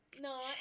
no